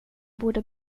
borde